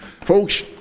Folks